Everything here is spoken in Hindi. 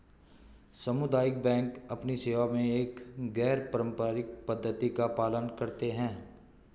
सामुदायिक बैंक अपनी सेवा में एक गैर पारंपरिक पद्धति का पालन करते हैं